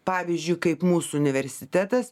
pavyzdžiui kaip mūsų universitetas